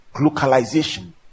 localization